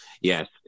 Yes